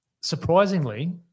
surprisingly